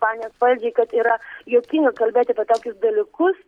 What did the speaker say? ispanijos valdžiai kad yra juokinga kalbėti apie tokius dalykus